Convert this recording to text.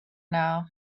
now